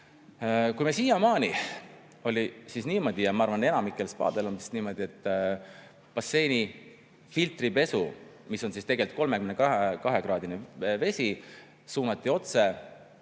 Kui meil siiamaani oli niimoodi – ja ma arvan, et enamikel spaadel on niimoodi –, et basseini filtripesu, mis on tegelikult 32-kraadine vesi, suunati otse